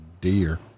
deer